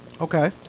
Okay